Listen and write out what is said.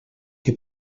que